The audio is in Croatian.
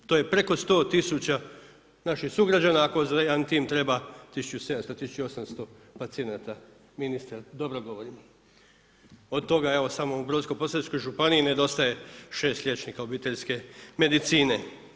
To je preko 100 tisuća naših sugrađana, ako nam za jedan tim treba 1700, 1800 pacijenata, ministre dobro govorim, od toga samo evo u Brodsko posavskoj županiji, nedostaje 6 liječnika obiteljske medicine.